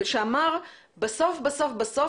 שאמר שבסוף בסוף בסוף,